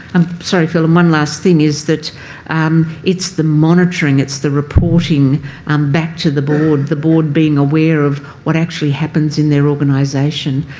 um sorry, phil, and one last thing is that um it's the monitoring, it's the reporting reporting um back to the board. the board being aware of what actually happens in their organisation,